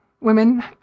women